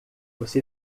você